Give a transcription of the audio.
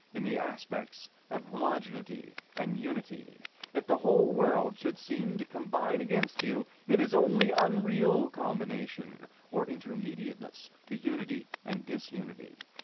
in the aspects of homogeneity and unity if the whole world should seem to combine against you, it is only unreal combination, or intermediateness to unity and disunity.